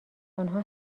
آنها